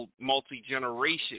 multi-generation